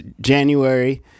January